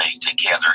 together